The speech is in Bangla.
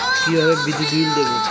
কিভাবে বিদ্যুৎ বিল দেবো?